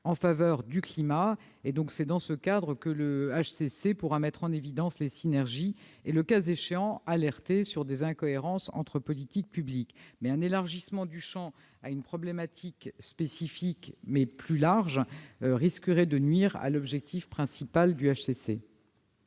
en faveur du climat. C'est dans ce cadre qu'il pourra mettre en évidence les synergies et, le cas échéant, alerter sur des incohérences entre politiques publiques. Un élargissement du champ à une problématique spécifique, mais plus large, risquerait de nuire à l'objectif principal de